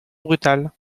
brutale